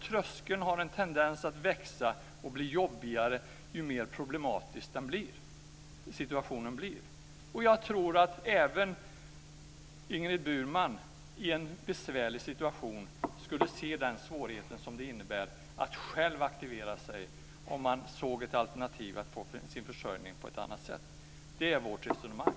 Tröskeln har en tendens att växa och bli jobbigare ju mer problematisk situationen blir. Jag tror att även Ingrid Burman i en besvärlig situation skulle se den svårighet det innebär att själv aktivera sig om man såg ett alternativ där man kunde få sin försörjning på ett annat sätt. Det är vårt resonemang.